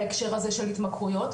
בהקשר הזה של התמכרויות,